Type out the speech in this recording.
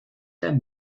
der